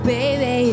Baby